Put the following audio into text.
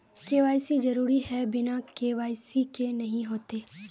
KYC जरुरी है बिना के.वाई.सी के नहीं होते?